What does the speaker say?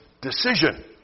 decision